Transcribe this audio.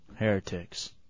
Heretics